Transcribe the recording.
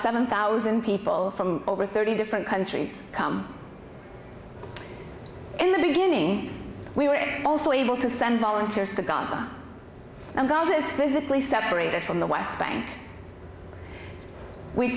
seven thousand people from over thirty different countries in the beginning we were all able to send volunteers to gaza and gaza is physically separated from the west bank we